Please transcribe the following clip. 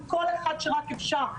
מכל אחד שרק אפשר,